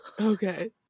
Okay